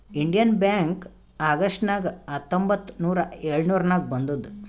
Indian bank August ನಾಗ್ ಹತ್ತೊಂಬತ್ತ್ ನೂರಾ ಎಳುರ್ನಾಗ್ ಬಂದುದ್